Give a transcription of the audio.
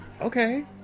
Okay